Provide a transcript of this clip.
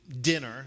dinner